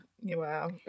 Wow